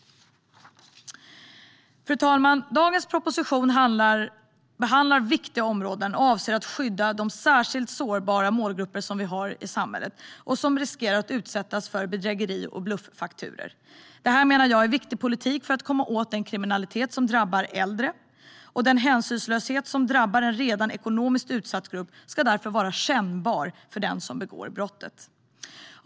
Fru talman! Dagens proposition behandlar viktiga områden och avser att skydda de särskilt sårbara målgrupper som vi har i samhället och som riskerar att utsättas för bedrägeri och bluffakturor. Jag menar att det här är viktig politik för att komma åt den kriminalitet som drabbar äldre. Den hänsynslöshet som drabbar en redan ekonomiskt utsatt grupp ska därför vara kännbar för den som begår brottet.